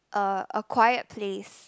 uh a quiet place